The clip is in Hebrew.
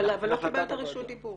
אבל אין לך רשות דיבור.